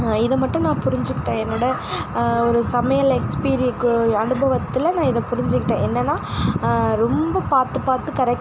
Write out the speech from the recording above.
இதை மட்டும் நான் புரிஞ்சுக்கிட்டேன் என்னோட ஒரு சமையல் எக்ஸ்பீரிக்கு அனுபவத்தில் நான் இத புரிஞ்சிகிட்டேன் என்னென்னா ரொம்ப பார்த்து பார்த்து கரெக்ட்